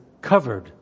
covered